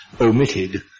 omitted